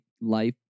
life